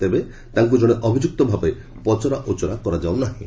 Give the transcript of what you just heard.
ତେବେ ତାଙ୍କୁ ଜଣେ ଅଭିଯୁକ୍ତ ଭାବେ ପଚରାଉଚରା କରାଯାଉ ନାହିଁ